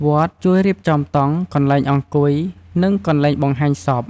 វត្តជួយរៀបចំតង់ កន្លែងអង្គុយ និងកន្លែងបង្ហាញសព។